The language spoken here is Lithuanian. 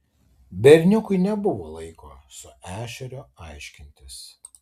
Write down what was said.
berniukui nebuvo laiko su ešeriu aiškintis